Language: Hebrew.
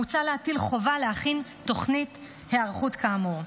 מוצע להטיל חובה להכין תוכנית היערכות כאמור.